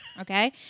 Okay